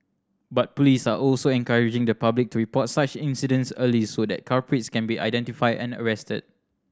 but police are also encouraging the public to report such incidents early so that culprits can be identified and arrested